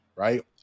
right